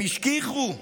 הם השכיחו,